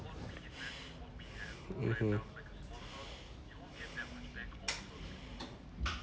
mmhmm